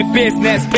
business